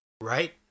Right